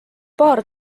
paar